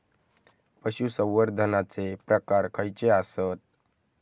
पशुसंवर्धनाचे प्रकार खयचे आसत?